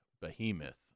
behemoth